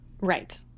right